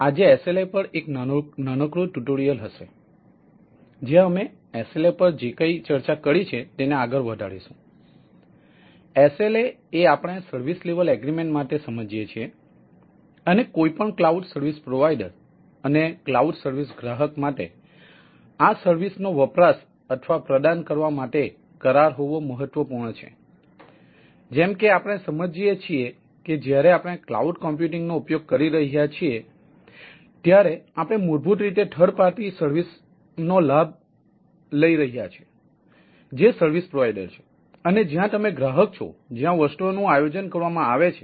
આજે SLA પર એક નાનકડું ટ્યુટોરીયલ હશે જ્યાં અમે SLA પર જે કંઈ પણ ચર્ચા કરી છે તેને આગળ વધારીશુંનો ઉપયોગ કરી રહ્યા છીએ ત્યારે આપણે મૂળભૂત રીતે થર્ડ પાર્ટી સર્વિસઓ પર લાભ મેળવે છે જે સર્વિસ પ્રોવીડર છે અને જ્યાં તમે ગ્રાહક છો જ્યાં વસ્તુઓનું આયોજન કરવામાં આવે છે